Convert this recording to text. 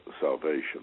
salvation